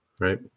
Right